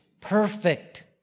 perfect